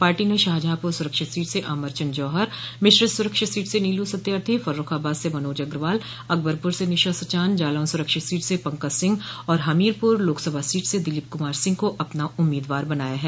party ने शाहजहांपुर सुरक्षित seat से अमर चन्द्र जौहर मिश्रिख सुरक्षित सीट से नीलू सत्यार्थी फर्रूखाबाद से मनोज अग्रवाल अकबरपुर से निशा सचान जालौन सुरक्षित सीट से पंकज सिंह और हमीरपुर लोकसभा सीट से दिलीप कुमार सिंह को अपना उम्मीदवार बनाया है